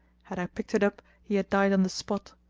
had i picked it up he had died on the spot,